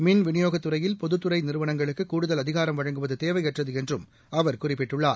மின் விநியோகத்துறையில் பொதுத்துறை நிறுவனங்களுக்கு கூடுதல் அதிகாரம் வழங்குவது தேவையற்றது என்றும் அவர் குறிப்பிட்டுள்ளார்